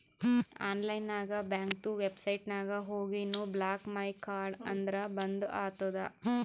online ನಾಗ್ ಬ್ಯಾಂಕ್ದು website ನಾಗ್ ಹೋಗಿನು ಬ್ಲಾಕ್ ಮೈ ಕಾರ್ಡ್ ಅಂದುರ್ ಬಂದ್ ಆತುದ